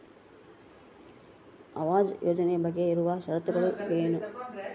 ಆವಾಸ್ ಯೋಜನೆ ಬಗ್ಗೆ ಇರುವ ಶರತ್ತುಗಳು ಏನು?